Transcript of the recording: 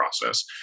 process